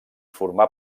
formà